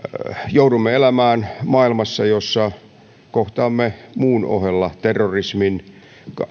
joudumme elämään maailmassa jossa kohtaamme muun ohella terrorismin